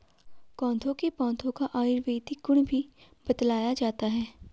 कोदो के पौधे का आयुर्वेदिक गुण भी बतलाया जाता है